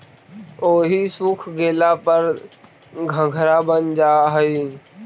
ओहि सूख गेला पर घंघरा बन जा हई